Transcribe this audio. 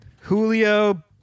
Julio